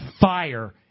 fire